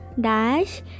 dash